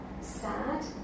sad